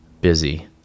busy